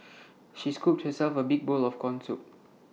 she scooped herself A big bowl of Corn Soup